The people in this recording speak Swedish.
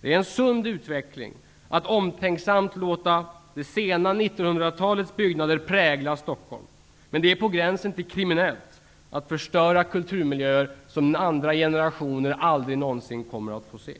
Det är en sund utveckling att omtänksamt låta det sena 1900-talets byggnader prägla Stockholm. Det är på gränsen till kriminellt att förstöra kulturmiljöer, vilka andra generationer aldrig någonsin kommer att få se.